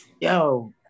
Yo